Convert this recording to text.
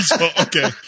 Okay